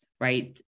right